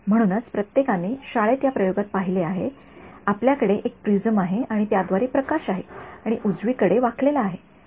म्हणूनच प्रत्येकाने शाळेत या प्रयोगात पाहिले आहे आपल्याकडे एक प्रिजम आहे आणि त्याद्वारे प्रकाश आहे आणि उजवीकडे वाकलेला आहे